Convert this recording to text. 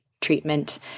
treatment